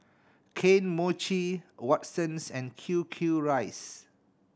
Kane Mochi Watsons and Q Q Rice